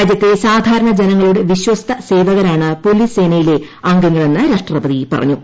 രാജ്യത്തെ സാധാരണ ജനങ്ങളുടെ വിശ്വസ്ത സേവകരാണ് പോലീസ് സേനയിലെ അംഗങ്ങളെന്ന് ട്ട രാഷ്ട്രപതി പറഞ്ഞു